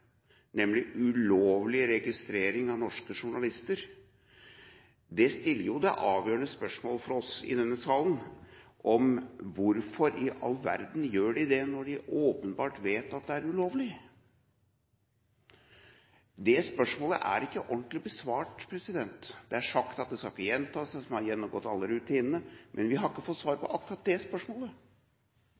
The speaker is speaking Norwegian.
nemlig ulovlig registrering av norske journalister, stiller jo det avgjørende spørsmålet fra oss i denne salen: Hvorfor i all verden gjør de det, når de åpenbart vet at det er ulovlig? Det spørsmålet er ikke ordentlig besvart. Det er sagt at det ikke skal gjenta seg, så man har gjennomgått alle rutinene, men vi har ikke fått svar på akkurat det spørsmålet.